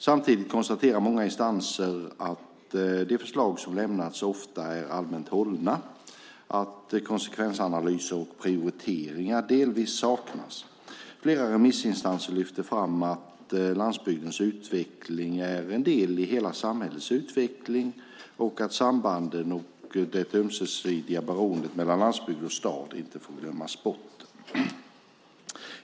Samtidigt konstaterar många instanser att de förslag som lämnats ofta är allmänt hållna och att konsekvensanalyser och prioriteringar delvis saknas. Flera remissinstanser lyfter fram att landsbygdens utveckling är en del i hela samhällets utveckling och att sambanden och det ömsesidiga beroendet mellan landsbygd och stad inte får glömmas bort.